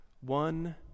one